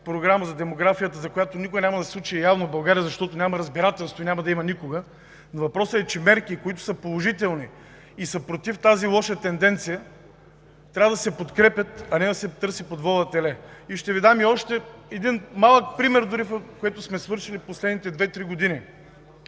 програма за демографията, която никога няма да се случи явно в България, защото няма разбирателство и няма да има никога, но въпросът е, че мерки, които са положителни и са против тази лоша тенденция, трябва да се подкрепят, а не да се търси под вола – теле. И ще Ви дам и още един малък пример, което сме свършили в последните две-три години.